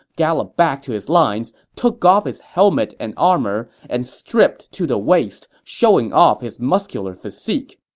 galloped back to his lines, took off his helmet and armor, and stripped to the waist, showing off his muscular physique.